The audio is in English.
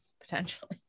potentially